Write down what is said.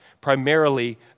primarily